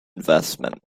investment